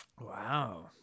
Wow